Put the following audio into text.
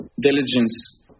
diligence